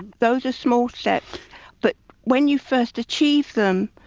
those are small steps but when you first achieve them,